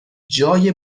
جای